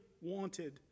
wanted